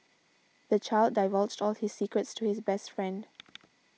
the child divulged all his secrets to his best friend